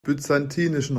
byzantinischen